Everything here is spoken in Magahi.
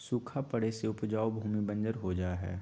सूखा पड़े से उपजाऊ भूमि बंजर हो जा हई